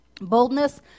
boldness